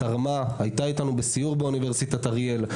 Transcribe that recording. היתה אתנו בסיור באוניברסיטת אריאל,